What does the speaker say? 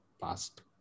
past